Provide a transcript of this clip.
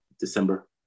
December